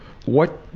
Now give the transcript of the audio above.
what